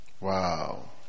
Wow